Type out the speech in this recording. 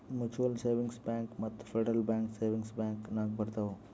mutual savings bank ಮತ್ತ federal bank savings bank ನಾಗ್ ಬರ್ತಾವ್